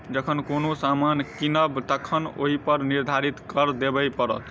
जखन कोनो सामान कीनब तखन ओहिपर निर्धारित कर देबय पड़त